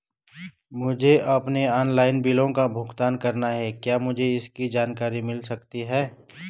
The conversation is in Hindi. मुझे अपने ऑनलाइन बिलों का भुगतान करना है क्या मुझे इसकी जानकारी मिल सकती है?